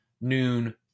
noon